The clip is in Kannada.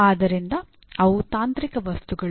ಆದ್ದರಿಂದ ಅವು ತಾಂತ್ರಿಕ ವಸ್ತುಗಳು